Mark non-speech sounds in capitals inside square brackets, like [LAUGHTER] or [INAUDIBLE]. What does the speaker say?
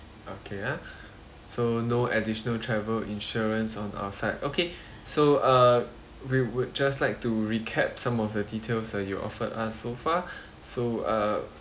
okay ah so no additional travel insurance on our side okay [BREATH] so uh we would just like to recap some of the details uh you offered us so far so uh